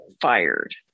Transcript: fired